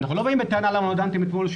אנחנו לא באים בטענה למה לא דנתם אתמול,